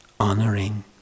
Honoring